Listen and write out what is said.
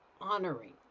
honoring